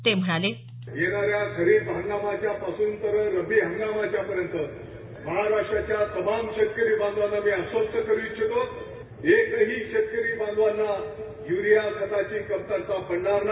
ते म्हणाले येणाऱ्या खरीप हंगामाच्या पासून ते रब्बी हंगामापर्यंत महाराष्ट्राच्या तमाम शेतकरी बांधवांना मी अश्वस्थ करू इच्छितो एकाही शेतकरी बांधवाला यूरीया खताची कमतरता पडणार नाही